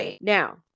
Now